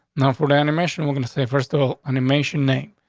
not for the animation we're gonna say first little animation name.